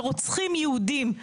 שרוצחים יהודים,